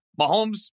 Mahomes –